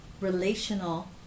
relational